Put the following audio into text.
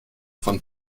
von